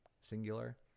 singular